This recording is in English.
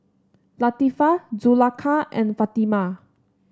Latifa Zulaikha and Fatimah